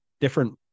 different